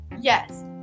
yes